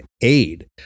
aid